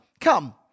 come